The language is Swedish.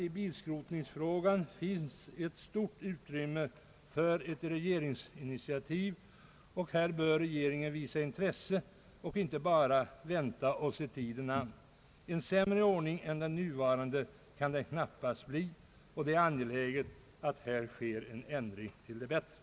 I bilskrotningsfrågan finns ett stort utrymme för regeringsinitiativ, och här bör regeringen visa intresse och inte bara vänta och se tiden an. En sämre ordning än den nuvarande kan det knappast bli. Det är angeläget att här sker en ändring till det bättre.